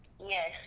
Yes